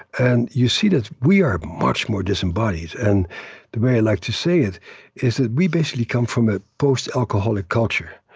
and you see that we are much more disembodied. and the way i like to say is that we basically come from a post-alcoholic culture.